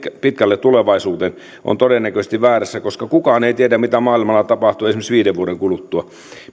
pitkälle tulevaisuuteen on todennäköisesti väärässä koska kukaan ei tiedä mitä maailmalla tapahtuu esimerkiksi viiden vuoden kuluttua